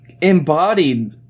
embodied